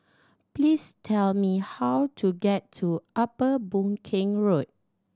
please tell me how to get to Upper Boon Keng Road